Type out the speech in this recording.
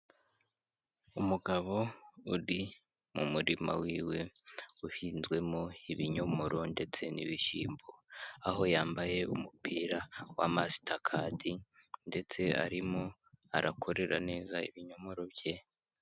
Umugabo uri mu murima w'iwe uhinzwemo ibinyomoro ndetse n'ibishyimbo, aho yambaye umupira wa masitakadi ndetse arimo arakorera neza ibinyomoro bye.